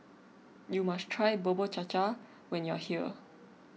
you must try Bubur Cha Cha when you are here